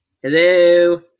Hello